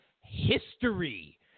history